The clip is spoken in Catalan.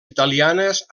italianes